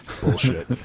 bullshit